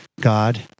God